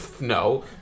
No